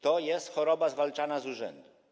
To jest choroba zwalczana z urzędu.